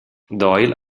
doyle